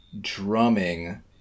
drumming